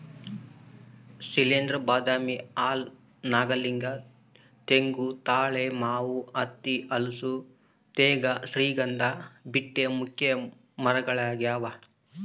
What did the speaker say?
ಶೈಲೇಂದ್ರ ಬಾದಾಮಿ ಆಲ ನಾಗಲಿಂಗ ತೆಂಗು ತಾಳೆ ಮಾವು ಹತ್ತಿ ಹಲಸು ತೇಗ ಶ್ರೀಗಂಧ ಬೀಟೆ ಮುಖ್ಯ ಮರಗಳಾಗ್ಯಾವ